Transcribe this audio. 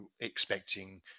expecting